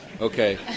Okay